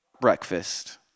Breakfast